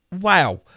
wow